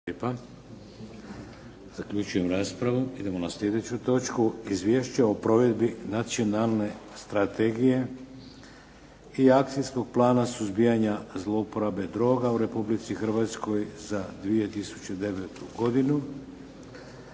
Hrvatskoj u 2009. godini